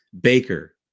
Baker